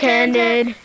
Candid